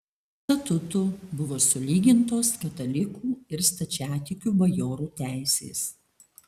statutu buvo sulygintos katalikų ir stačiatikių bajorų teisės